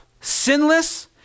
sinless